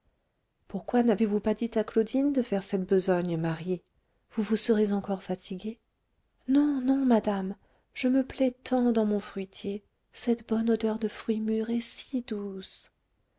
pourquoi n'avez-vous pas dit à claudine de faire cette besogne marie vous vous serez encore fatiguée non non madame je me plais tant dans mon fruitier cette bonne odeur de fruits mûrs est si douce